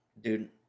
dude